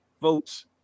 votes